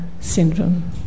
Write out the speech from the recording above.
syndrome